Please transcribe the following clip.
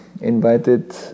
invited